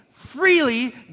Freely